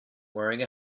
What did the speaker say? wearing